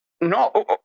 No